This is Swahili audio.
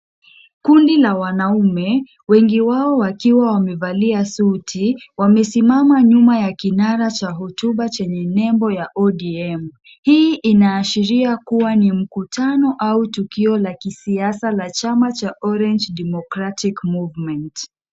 Kundi la wanaume , wengi wao wakiwa wamevalia suti, wamesimama nyuma ya kinara cha hotuba chenye nembo ya ODM. Hii inaashiria kuwa ni mkutano au tukio la kisiasa la chama cha Orange Democratic Movement.